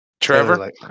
Trevor